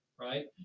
right